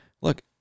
look